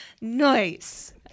Nice